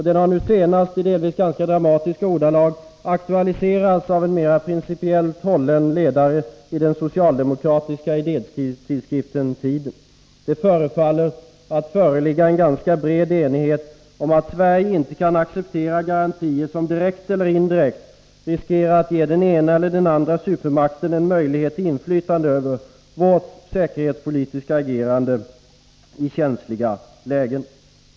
Den har nu senast, i delvis ganska dramatiska ordalag, aktualiserats av en mera principiellt hållen ledare i den socialdemokratiska idétidskriften Tiden. Det förefaller att finnas en ganska bred enighet om att Sverige inte kan acceptera garantier som direkt eller indirekt riskerar att ge den ena eller den andra supermakten en möjlighet till inflytande över vårt säkerhetspolitiska agerande i känsliga lägen.